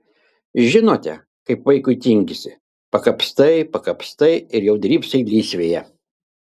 žinote kaip vaikui tingisi pakapstai pakapstai ir jau drybsai lysvėje